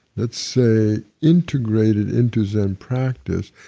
let's say integrated into zen practice,